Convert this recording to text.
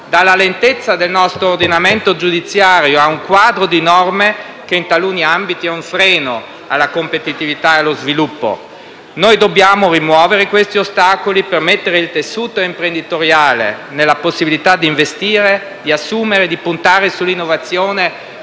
dalla lentezza del nostro ordinamento giudiziario ad un quadro di norme che, in taluni ambiti, è un freno alla competitività e allo sviluppo. Noi dobbiamo rimuovere questi ostacoli per mettere il tessuto imprenditoriale nella possibilità di investire, di assumere, di puntare sull'innovazione